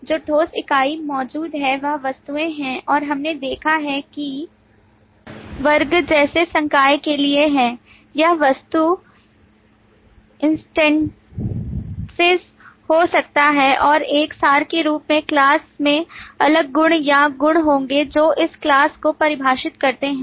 जो ठोस इकाई मौजूद है वह वस्तुएं हैं और हमने देखा है कि वर्गे जैसे संकाय के लिए है यह वस्तु इंस्टेंसेस हो सकता है और एक सार के रूप में class में अलग गुण या गुण होंगे जो इस class को परिभाषित करते हैं